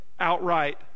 outright